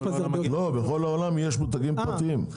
בכל העולם יש מותגים פרטיים,